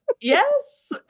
Yes